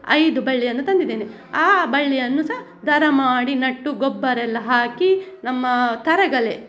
ಐದು ಬಳ್ಳಿಯನ್ನು ತಂದಿದ್ದೇನೆ ಆ ಬಳ್ಳಿಯನ್ನು ಸಹ ದರ ಮಾಡಿ ನೆಟ್ಟು ಗೊಬ್ಬರೆಲ್ಲ ಹಾಕಿ ನಮ್ಮ ತರಗೆಲೆ